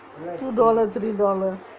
two dollar three dollar